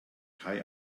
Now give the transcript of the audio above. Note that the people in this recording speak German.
kai